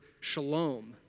shalom